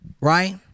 Right